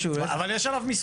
אבל יש עליו מספר.